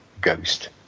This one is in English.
ghost